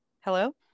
hello